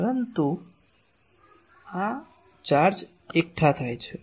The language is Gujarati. પરંતુ ચાર્જ એકઠા થાય છે